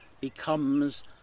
becomes